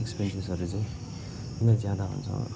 एक्सपेन्सेसहरू चाहिँ किन ज्यादा हुन्छ